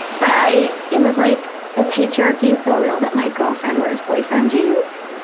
but i, it was like the patriarchy is so real that my girlfriend was boyfriend jeans.